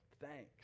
thanks